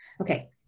Okay